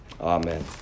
Amen